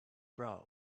broke